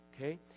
Okay